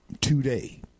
today